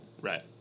Right